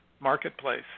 marketplace